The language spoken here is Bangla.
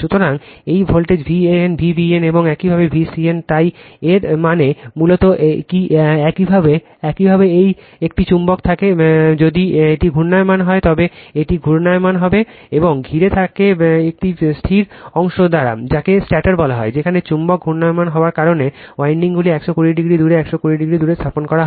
সুতরাং এটি ভোল্টেজ Van Vbn এবং এটি একইভাবে Vcn তাই এর মানে মূলত কি একইভাবে একইভাবে একটি চুম্বক থাকে যদি এটি ঘূর্ণায়মান হয় তবে এটি ঘূর্ণায়মান হয় এবং ঘিরে থাকে একটি স্থির অংশ দ্বারা যাকে স্টেটর বলা হয় যেখানে চুম্বক ঘূর্ণায়মান হওয়ার কারণে উইন্ডিংগুলি 120o দূরে 120o দূরে স্থাপন করা হয়